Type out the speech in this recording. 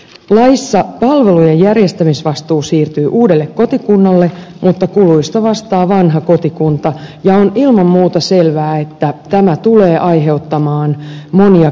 laissa palvelujen järjestämisvastuu siirtyy uudelle kotikunnalle mutta kuluista vastaa vanha kotikunta ja on ilman muuta selvää että tämä tulee aiheuttamaan monia kiistakysymyksiä